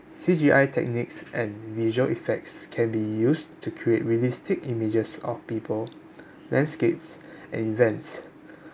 C_G_I techniques and visual effects can be used to create realistic images of people landscapes and events